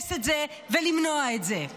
למסמס את זה ולמנוע את זה.